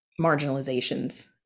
marginalizations